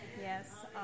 yes